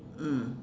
mm